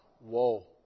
whoa